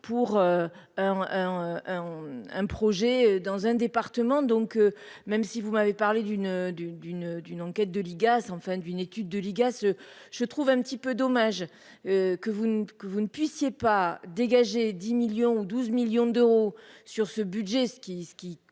pour un un projet dans un département, donc même si vous m'avez parlé d'une d'une d'une d'une enquête de l'IGAS, enfin d'une étude de l'IGAS, je trouve un petit peu dommage que vous ne que vous ne puissiez pas dégagé 10 millions 12 millions d'euros sur ce budget ce qui